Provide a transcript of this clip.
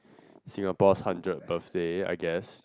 Singapore's hundred birthday I guess